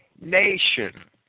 nation